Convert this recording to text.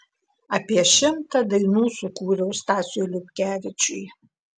apie šimtą dainų sukūriau stasiui liupkevičiui